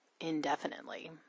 indefinitely